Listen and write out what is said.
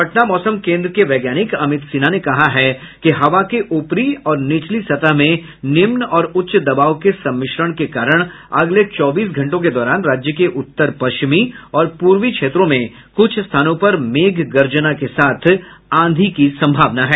पटना मौसम केन्द्र के वैज्ञानिक अमित सिन्हा ने कहा है कि हवा के ऊपरी और नीचली सतह में निम्न और उच्च दबाव के सम्मिश्रण के कारण अगले चौबीस घंटों के दौरान राज्य के उतर पश्चिमी और पूर्वी क्षेत्रों में कुछ स्थानों पर मेघ गर्जाना के साथ आंधी की संभावना है